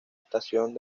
estación